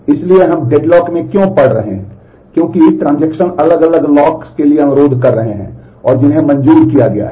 इसलिए हम डेडलॉक के लिए अनुरोध कर रहे हैं और जिन्हें मंजूर किया गया है